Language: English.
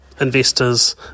investors